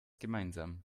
gemeinsam